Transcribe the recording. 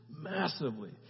massively